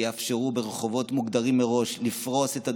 שיאפשרו ברחובות מוגדרים מראש לפרוס את הדוכנים,